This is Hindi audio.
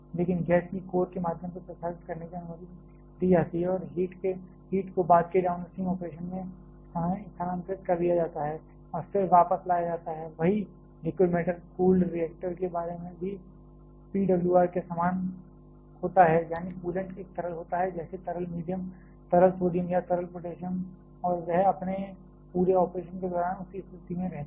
लेकिन गैस को कोर के माध्यम से प्रसारित करने की अनुमति दी जाती है और हीट को बाद के डाउनस्ट्रीम ऑपरेशन में स्थानांतरित कर दिया जाता है और फिर वापस लाया जाता है वही लिक्विड मेटल कूल्ड रिएक्टर के बारे में भी PWR के समान होता है यानी कूलेंट एक तरल होता है जैसे तरल सोडियम या तरल पोटेशियम और वह अपने पूरे ऑपरेशन के दौरान उसी स्थिति में रहता है